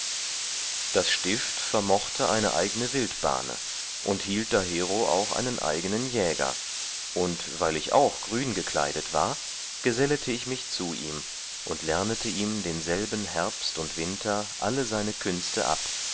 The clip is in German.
das stift vermochte eine eigne wildbahne und hielt dahero auch einen eigenen jäger und weil ich auch grün gekleidet war gesellete ich mich zu ihm und lernete ihm denselben herbst und winter alle seine künste ab